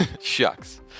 Shucks